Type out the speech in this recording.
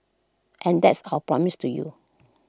and that's our promise to you